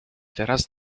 teraz